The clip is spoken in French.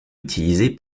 utilisé